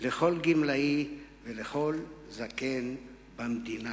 לכל גמלאי ולכל זקן במדינה.